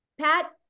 Pat